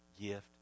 gift